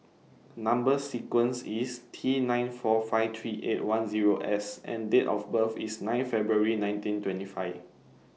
Number sequence IS T nine four five three eight one Zero S and Date of birth IS nine February nineteen twenty five